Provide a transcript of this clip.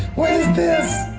what is this?